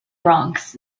bronx